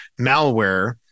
malware